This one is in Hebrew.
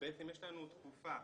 יש לנו תקופה